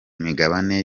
migabane